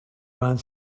around